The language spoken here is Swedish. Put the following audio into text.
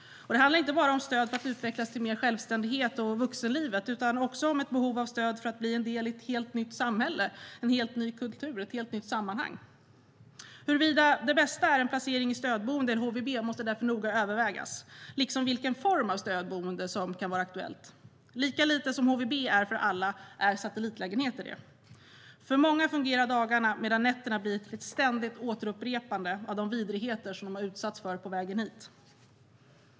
Det handlar inte bara om stöd för att utvecklas mot större självständighet och mot vuxenlivet. Det finns också behov av stöd för att bli en del i ett nytt samhälle, en ny kultur, ett helt nytt sammanhang. Huruvida det bästa är en placering i stödboende eller HVB måste därför noga övervägas, liksom vilken form av stödboende som eventuellt kan vara aktuell. Lika lite som HVB är för alla är satellitlägenheter det. För många fungerar dagarna medan nätterna blir till ett ständigt återupprepande av de vidrigheter man utsatts för på vägen hit.